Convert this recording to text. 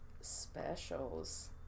specials